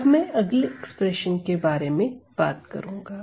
अब मैं अगले एक्सप्रेशन के बारे में बात करूंगा